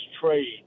trade